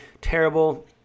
terrible